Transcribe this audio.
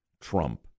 Trump